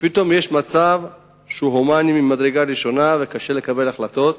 ופתאום יש מצב שהוא הומני ממדרגה ראשונה וקשה לקבל החלטות.